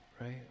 right